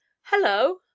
Hello